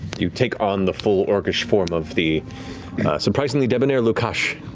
you take on the full orcish form of the surprisingly debonair lukash.